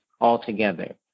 altogether